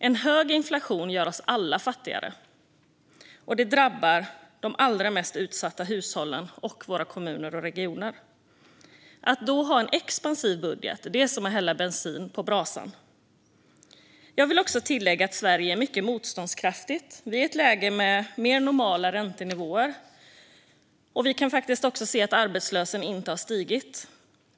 En hög inflation gör oss alla fattigare och drabbar de allra mest utsatta hushållen och våra kommuner och regioner. Att då ha en expansiv budget är som att hälla bensin på brasan. Jag vill också tillägga att Sverige är mycket motståndskraftigt. Vi är nu i ett läge med mer normala räntenivåer, och vi kan se att arbetslösheten inte har stigit.